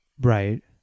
Right